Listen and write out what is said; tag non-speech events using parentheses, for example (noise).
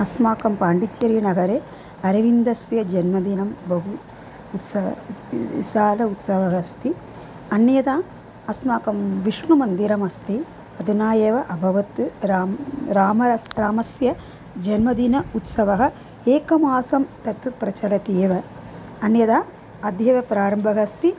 अस्माकं पाण्डिचेरिनगरे अरिविन्दस्य जन्मदिनं बहु उत्साहः (unintelligible) साल उत्सवः अस्ति अन्यदा अस्माकं विष्णुमन्दिरमस्ति अधुना एव अभवत् रामः रामस्य रामस्य जन्मदिनम् उत्सवः एकमासं तत् प्रचलति एव अन्यदा अद्यैव प्रारम्भः अस्ति